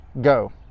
Go